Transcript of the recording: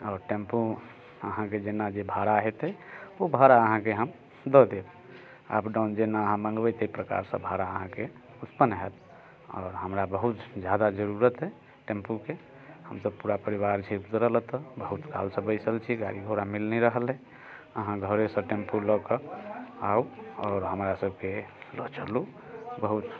आओर टेम्पू अहाँके जेना जे भारा हेतै ओ भारा अहाँके हम दऽ देब अप डाउन जेना अहाँ मंगबै तै प्रकारसँ भारा अहाँके उत्पन्न हैत आओर हमरा बहुत जादा जरूरत हय टेम्पूके हमसभ पूरा परिवार छी उतरल एतऽ बहुत कालसँ बैसल छी गाड़ी घोड़ा मिल नहि रहल अइ अहाँ घरेसँ टेम्पू लअ कऽ आउ आओर हमरा सभके लअ चलू बहुत